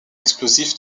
explosif